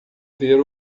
ver